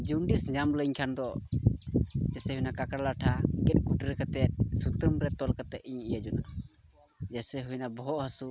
jaundice ᱧᱟᱢ ᱞᱤᱧᱠᱷᱟᱱ ᱫᱚ ᱡᱮᱥᱮ ᱦᱩᱭᱱᱟ ᱠᱟᱠᱲᱟ ᱞᱟᱴᱷᱟ ᱜᱮᱫ ᱠᱩᱴᱨᱟᱹ ᱠᱟᱛᱮᱫ ᱥᱩᱛᱟᱹᱢ ᱨᱮ ᱛᱚᱞ ᱠᱟᱛᱮᱫ ᱤᱧ ᱤᱭᱟᱹ ᱡᱚᱱᱟᱜᱼᱟ ᱡᱮᱥᱮ ᱦᱩᱭᱱᱟ ᱵᱚᱦᱚᱜ ᱦᱟᱹᱥᱩ